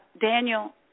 Daniel